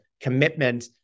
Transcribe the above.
commitment